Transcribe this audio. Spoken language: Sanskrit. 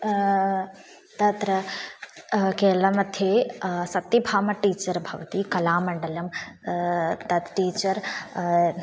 तत्र केरला मध्ये सत्यभामा टीचर् भवति कलामण्डलं तत् टीचर्